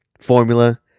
formula